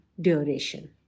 duration